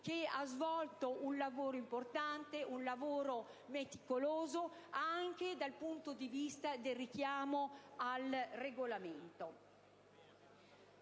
che ha svolto un lavoro importante e meticoloso anche dal punto di vista del richiamo al Regolamento.